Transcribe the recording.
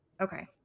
Okay